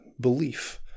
belief